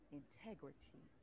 integrity